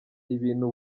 ibintu